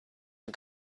and